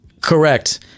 Correct